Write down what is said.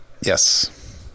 Yes